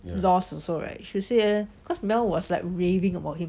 loss also right should say eh because mel was also like raving about him